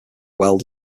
weld